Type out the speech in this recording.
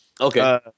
Okay